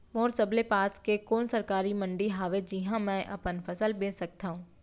मोर सबले पास के कोन सरकारी मंडी हावे जिहां मैं अपन फसल बेच सकथव?